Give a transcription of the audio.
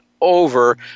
over